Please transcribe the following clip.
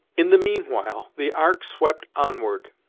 in the mean while the ark swept onward,